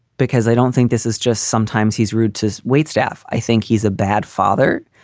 because i don't think this is just sometimes he's rude to waitstaff. i think he's a bad father.